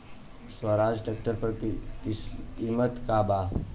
Swaraj tractor के किमत का बा?